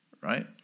Right